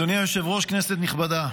אדוני היושב-ראש, כנסת נכבדה,